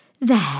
There